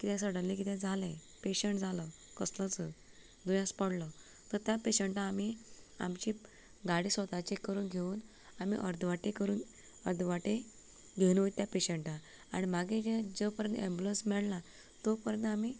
कित्याक सडन्ली कितें जालें पेशंट जालो कसलो जर दुयेंत पडलो तर त्या पेशंटाक आमी आमची गाडी स्वताची करून घेवन आमी अर्दे वाटेर करून अर्दे वाटेक घेवन वयता त्या पेशंटाक आनी मागीर जें जो पर्यंत ऍबुलन्स मेळना तो पर्यंत आमी